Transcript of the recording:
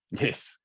Yes